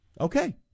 Okay